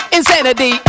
Insanity